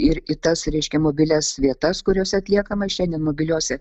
ir į tas reiškia mobilias vietas kuriose atliekama šiandien mobiliose